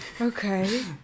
Okay